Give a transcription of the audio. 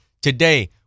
Today